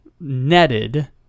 netted